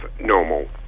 normal